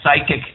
psychic